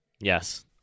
Yes